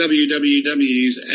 www's